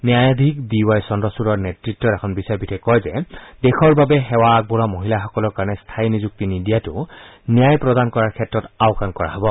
ন্যায়াধীশ D Y চন্দ্ৰচ়ড়ৰ নেতৃত্বৰ এখন বিচৰাপীঠখনে কয় যে দেশৰ বাবে সেৱা আগবঢ়োৱা মহিলাসকলৰ কাৰণে স্থায়ী নিযুক্তি নিদিয়াটো ন্যায় প্ৰদান কৰাৰ ক্ষেত্ৰত আওকান কৰা হ'ব